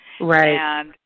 Right